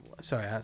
Sorry